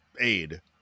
aid